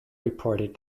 reported